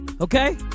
okay